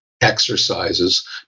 exercises